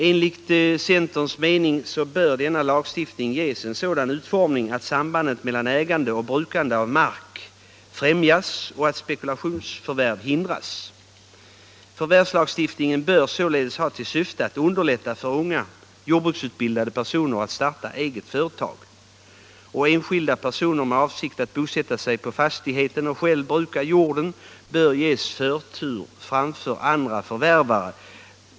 Enligt centerns mening bör denna lagstiftning ges en sådan utformning att sambandet mellan ägande och brukande av mark främjas och att spekulationsförvärv hindras. Förvärvslagstiftningen bör således ha till syfte att underlätta för unga, jordbruksutbildade personer att starta eget företag. Enskilda personer med avsikt att bosätta sig på fastigheten och själv bruka jorden bör ges förtur framför andra förvärvare.